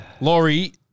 Laurie